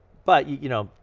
but, you know,